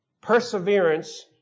perseverance